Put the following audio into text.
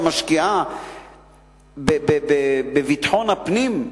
ומשקיעה בביטחון הפנים,